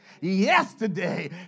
Yesterday